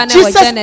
Jesus